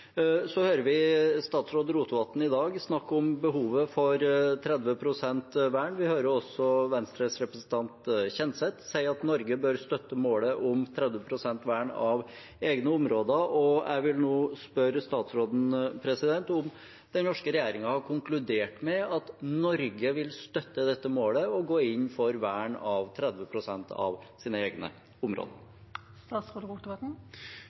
Så hører vi statsråd Rotevatn i dag snakke om behovet for 30 pst. vern. Vi hører også Venstres representant Kjenseth si at Norge bør støtte målet om 30 pst. vern av egne områder. Jeg vil nå spørre statsråden om den norske regjeringen har konkludert med at Norge vil støtte dette målet og gå inn for vern av 30 pst. av sine egne